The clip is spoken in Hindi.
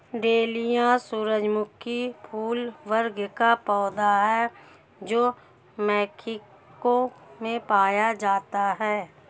डेलिया सूरजमुखी फूल वर्ग का पौधा है जो मेक्सिको में पाया जाता है